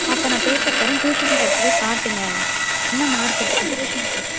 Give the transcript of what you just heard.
அப்போ நான் பேப்பர் தரேன் ட்யூஷனில் எடுத்து போய் காட்டுங்க என்ன மார்க் எடுத்திருக்கான் ட்யூஷன்